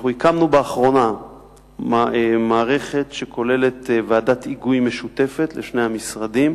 אנחנו הקמנו באחרונה מערכת שכוללת ועדת היגוי משותפת לשני המשרדים,